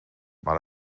maar